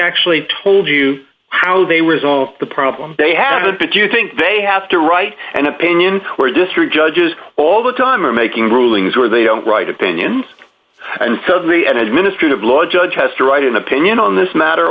actually told you how they resolve the problem they have a bit you think they have to write an opinion or a district judges all the time or making rulings or they don't write opinions and so the an administrative law judge has to write an opinion on this matter